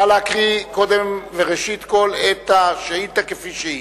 נא להקריא קודם וראשית את השאילתא כפי שהיא.